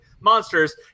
monsters